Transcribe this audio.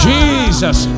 Jesus